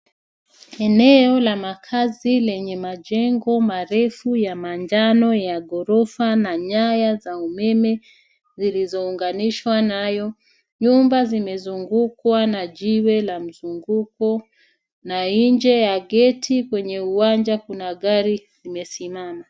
Eneo la makaazi lenye majengo marefu ya manjano ya ghorofa na nyaya za umeme zilizounganishwa nayo. Nyumba zimezungukwa na jiwe la mzunguko na nje ya gate kwenye uwanja kuna gari limesimama.